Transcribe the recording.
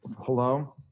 Hello